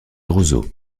roseaux